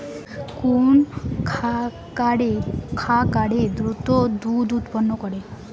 কোন খাকারে দ্রুত দুধ উৎপন্ন করে?